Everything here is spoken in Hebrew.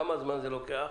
כמה זמן זה לוקח?